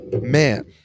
man